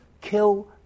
kill